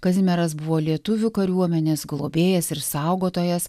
kazimieras buvo lietuvių kariuomenės globėjas ir saugotojas